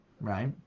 right